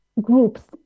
groups